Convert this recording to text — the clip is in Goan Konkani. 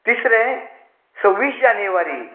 तिसरें सव्वीस जानेवारी